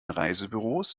reisebüros